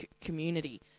community